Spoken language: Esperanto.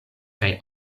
kaj